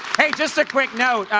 hey, just a quick note,